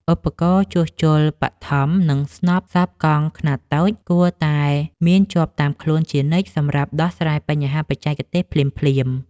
ឧបករណ៍ជួសជុលបឋម និងស្នប់សប់កង់ខ្នាតតូច គួរតែមានជាប់តាមខ្លួនជានិច្ចសម្រាប់ដោះស្រាយបញ្ហាបច្ចេកទេសភ្លាមៗ។